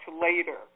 later